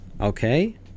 okay